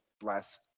bless